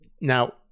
Now